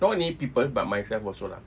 not only people but myself also lah